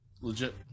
legit